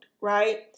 right